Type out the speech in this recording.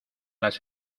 las